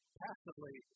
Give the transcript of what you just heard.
passively